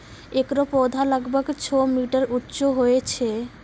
एकरो पौधा लगभग छो मीटर उच्चो होय छै